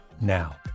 now